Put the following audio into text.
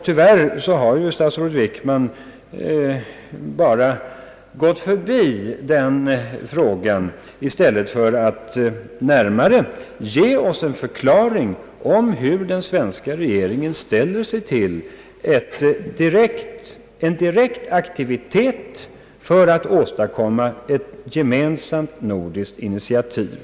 Tyvärr har statsrådet Wickman bara gått från den frågan i stället för att närmare ge oss en förklaring om hur den svenska regeringen ställer sig till en direkt aktivitet för att åstadkomma ett gemensamt nordiskt initiativ.